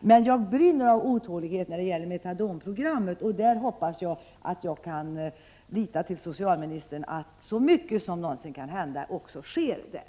Men jag brinner av otålighet när det gäller metadonprogrammet, och jag hoppas att jag kan lita på socialministern att så mycket som någonsin kan hända kommer att ske.